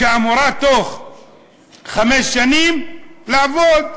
שאמורה תוך חמש שנים לעבוד,